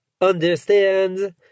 Understand